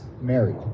married